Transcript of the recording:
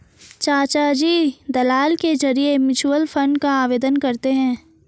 चाचाजी दलाल के जरिए म्यूचुअल फंड का आवेदन करते हैं